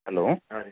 hello ಹಾಂ ರೀ